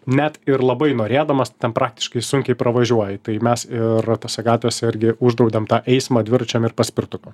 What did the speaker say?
net ir labai norėdamas ten praktiškai sunkiai pravažiuoji tai mes ir tose gatvėse irgi uždraudėm tą eismą dvirčiam ir paspirtukam